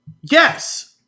Yes